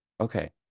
okay